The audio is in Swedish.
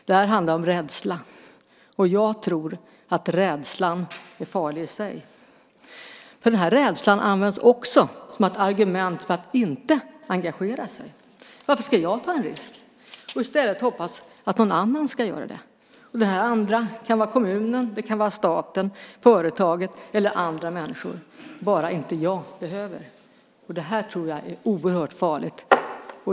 Det här handlar om rädsla, och jag tror att rädslan är farlig i sig. Den här rädslan används också som ett argument för att inte engagera sig - varför ska jag ta en risk? - och i stället hoppas att någon annan ska göra det, kommunen, staten, företaget eller andra människor, bara inte jag behöver. Jag tror att det här är oerhört farligt.